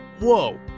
Whoa